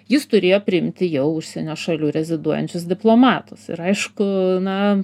jis turėjo priimti jau užsienio šalių reziduojančius diplomatus ir aišku na